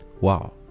Wow